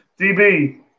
DB